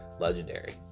legendary